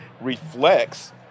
reflects